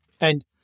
And-